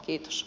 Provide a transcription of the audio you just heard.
kiitos